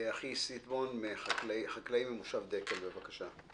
אחי סיבון, חקלאי ממושב דקל, בבקשה.